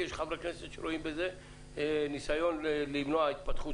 כי יש חברי כנסת שרואים בזה ניסיון למנוע התפתחות